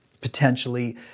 potentially